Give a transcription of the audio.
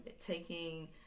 taking